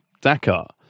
dakar